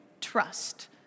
trust